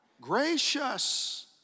Gracious